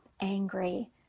angry